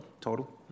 Total